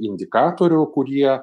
indikatorių kurie